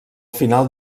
final